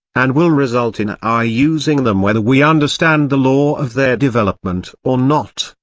and will result in our using them whether we understand the law of their development or not,